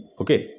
okay